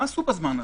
מה עשו בזמן הזה?